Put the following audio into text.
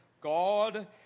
God